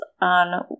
on